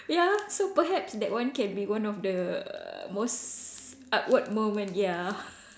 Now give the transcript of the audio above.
ya so perhaps that one can be one of the most awkward moment ya